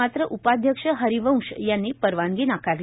मात्र उपाध्यक्ष हरिवंश यांनी परवानगी नाकारली